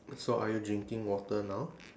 so are you drinking water now